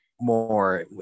more